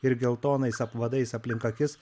ir geltonais apvadais aplink akis